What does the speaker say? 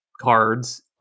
cards